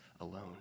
alone